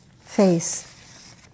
face